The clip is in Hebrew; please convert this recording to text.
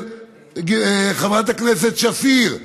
של חברת הכנסת שפיר,